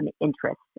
interests